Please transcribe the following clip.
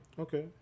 Okay